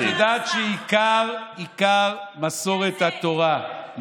את יודעת שעיקר מסורת התורה,